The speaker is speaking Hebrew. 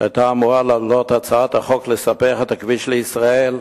כשהיתה אמורה לעלות הצעת החוק לספח את הכביש לישראל,